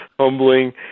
humbling